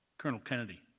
colonel kennedy,